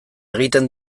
egiten